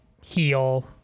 heal